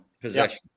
possession